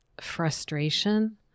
frustration